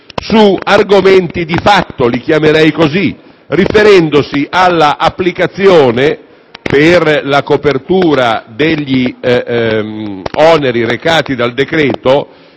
su argomenti di fatto - li chiamerei così - riferendosi, per la copertura degli oneri recati dal decreto,